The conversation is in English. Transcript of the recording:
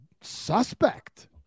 suspect